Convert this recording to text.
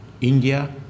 India